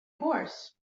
horse